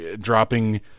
dropping